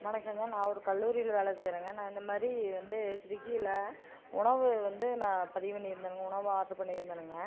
வணக்கங்க நான் ஒரு கல்லூரியில வேலை செய்யறேங்க நான் இந்த மாதிரி வந்து ஸ்விகியில உணவு வந்து நான் பதிவு பண்ணி இருந்தேனுங்க உணவு ஆர்டர் பண்ணி இருந்தேனுங்க